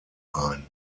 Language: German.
ein